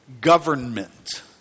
government